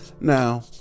now